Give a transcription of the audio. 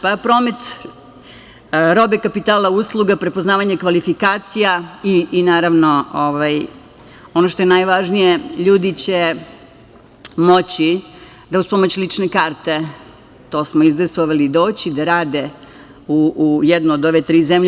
Promet robe, kapitala, usluga, prepoznavanje kvalifikacija i, ono što je najvažnije, ljudi će moći da uz pomoć lične karte, to smo izdejstvovali, doći da rade u jednu od ove tri zemlje.